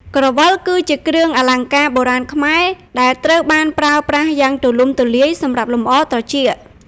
ក្រវិល គឺជាគ្រឿងអលង្ការបុរាណខ្មែរដែលត្រូវបានប្រើប្រាស់យ៉ាងទូលំទូលាយសម្រាប់លម្អ ត្រចៀក។